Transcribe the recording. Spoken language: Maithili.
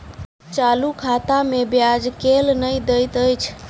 चालू खाता मे ब्याज केल नहि दैत अछि